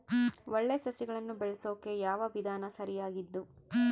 ಒಳ್ಳೆ ಸಸಿಗಳನ್ನು ಬೆಳೆಸೊಕೆ ಯಾವ ವಿಧಾನ ಸರಿಯಾಗಿದ್ದು?